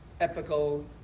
epical